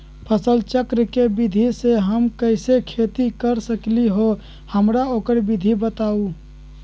फसल चक्र के विधि से हम कैसे खेती कर सकलि ह हमरा ओकर विधि बताउ?